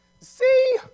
see